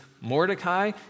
Mordecai